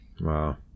Wow